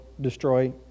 Destroy